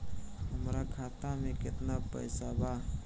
हमरा खाता मे केतना पैसा बा?